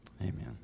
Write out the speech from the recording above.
Amen